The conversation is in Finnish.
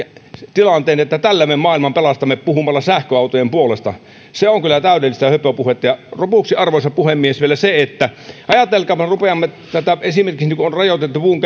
tilanteen että me maailman pelastamme puhumalla sähköautojen puolesta se on kyllä täydellistä höpöpuhetta lopuksi arvoisa puhemies vielä ajatelkaapa että jos rupeamme esimerkiksi rajoittamaan puun